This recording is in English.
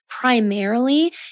primarily